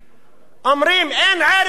אומרים: אין ערך כלכלי,